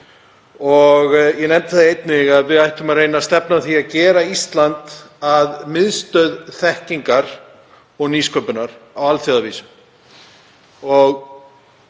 Ég nefndi það einnig að við ættum að reyna að stefna að því að gera Ísland að miðstöð þekkingar og nýsköpunar á alþjóðavísu.